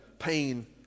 pain